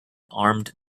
armed